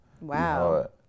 Wow